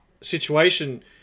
situation